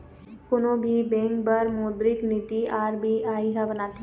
कोनो भी बेंक बर मोद्रिक नीति आर.बी.आई ह बनाथे